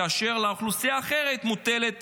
כאשר על אוכלוסייה אחרת מוטלת